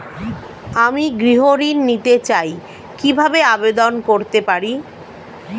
আমি গৃহ ঋণ নিতে চাই কিভাবে আবেদন করতে পারি?